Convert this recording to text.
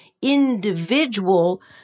individual